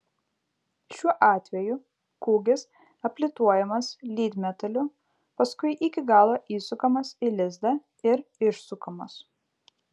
šiuo atveju kūgis aplituojamas lydmetaliu paskui iki galo įsukamas į lizdą ir išsukamas